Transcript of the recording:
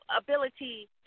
ability